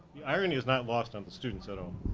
the irony is not lost on the students that um,